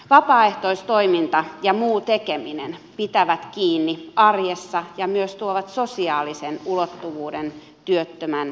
vapaaehtoistoiminta ja muu tekeminen pitävät kiinni arjessa ja myös tuovat sosiaalisen ulottuvuuden työttömän arkeen